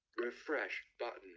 refresh button.